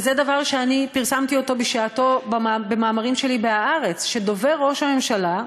וזה דבר שאני פרסמתי בשעתי במאמרים שלי ב"הארץ" שדובר ראש הממשלה,